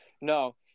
no